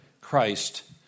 Christ